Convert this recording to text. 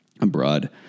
abroad